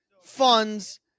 funds –